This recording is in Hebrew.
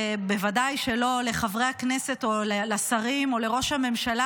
בוודאי שלא לחברי הכנסת או לשרים או לראש הממשלה,